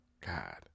God